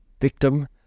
victim